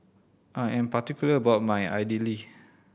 I am particular about my Idili